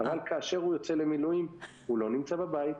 כאשר הוא יוצא למילואים, הוא לא נמצא בבית,